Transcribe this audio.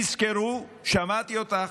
תזכרו, שמעתי אותך,